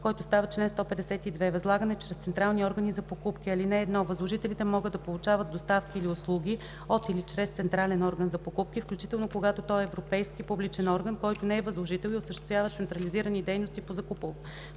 който става чл. 152: „Възлагане чрез централни органи за покупки Чл. 152. (1) Възложителите могат да получават доставки или услуги от или чрез централен орган за покупки, включително когато той е европейски публичен орган, който не е възложител и осъществява централизирани дейности по закупуване.